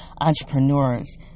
entrepreneurs